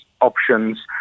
options